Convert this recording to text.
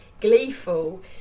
gleeful